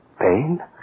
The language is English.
pain